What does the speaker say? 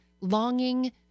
longing